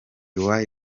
why